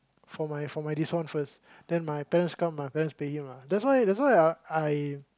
for my for my this one first then my parents come my parents pay him ah that's why that's why uh I